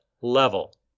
level